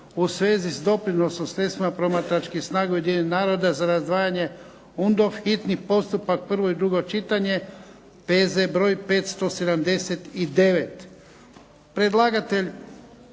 u svezi s doprinosom sredstvima promatračkih snaga Ujedinjenih naroda za razdvajanje (UNDOF), hitni postupak, prvo i drugo čitanje, P.Z. broj 579 Predlagatelj